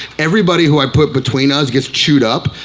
everybody who i put between us gets chewed up.